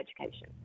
education